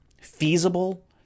feasible